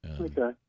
Okay